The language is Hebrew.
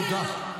תודה.